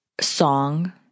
song